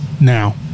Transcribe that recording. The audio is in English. now